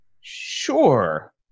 Sure